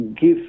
give